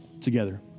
together